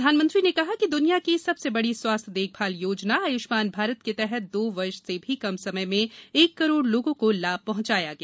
प्रधानमंत्री ने कहा कि दुनिया की सबसे बड़ी स्वास्थ्य देखभाल योजना आयुष्मान भारत के तहत दो वर्ष से भी कम समय में एक करोड़ लोगों को लाभ पहुंचाया गया